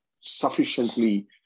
sufficiently